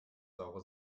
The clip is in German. saure